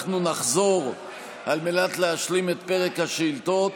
אנחנו נחזור על מנת להשלים את פרק השאילתות.